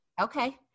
Okay